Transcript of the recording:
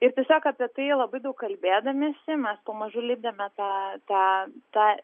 ir tiesiog apie tai labai daug kalbėdamiesi mes pamažu lipdėme tą tą tą